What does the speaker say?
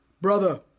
Brother